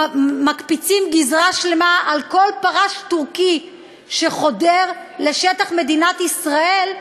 מקפיצים גזרה שלמה על כל "פרש טורקי" שחודר לשטח מדינת ישראל,